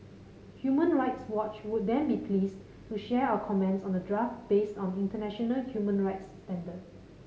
Human Rights Watch would then be pleased to share our comments on the draft based on international human rights standard